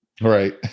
Right